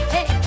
Hey